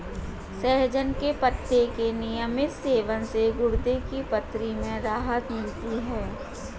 सहजन के पत्ते के नियमित सेवन से गुर्दे की पथरी में राहत मिलती है